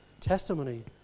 testimony